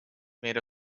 made